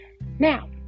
Now